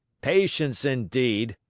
patience indeed!